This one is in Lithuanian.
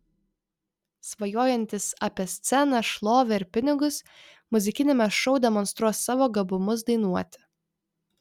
svajojantys apie sceną šlovę ir pinigus muzikiniame šou demonstruos savo gabumus dainuoti